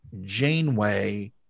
Janeway